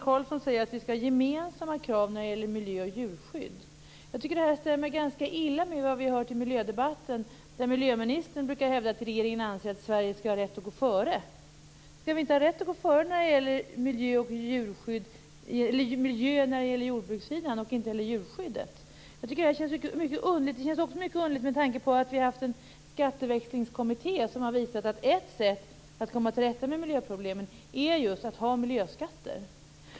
Han säger att vi skall ha gemensamma krav när det gäller miljö och djurskydd. Jag tycker att detta stämmer ganska illa med vad vi har hört i miljödebatten. Miljöministern brukar där hävda att regeringen anser att Sverige skall ha rätt att gå före. Skall vi inte ha rätt att gå före på jordbrukssidan när det gäller miljö och djurskyddet? Jag tycker att detta känns mycket underligt, inte minst med tanke på att Skatteväxlingskommittén har visat att ett sätt att komma till rätta med miljöproblemen är att ha miljöskatter.